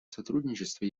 сотрудничества